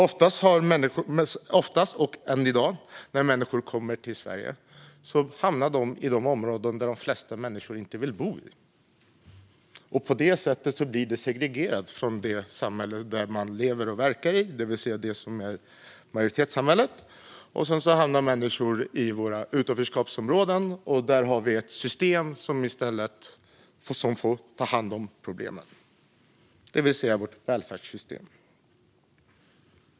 Oftast, än i dag, när människor kommer till Sverige hamnar de i områden där de flesta människor inte vill bo. På det sättet blir de segregerade från det samhälle där man lever och verkar, det vill säga majoritetssamhället. Sedan hamnar människor i våra utanförskapsområden, där vi har ett system som i stället får ta hand om problemen, det vill säga vårt välfärdssystem.